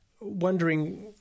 wondering